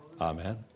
Amen